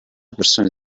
persone